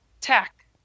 tech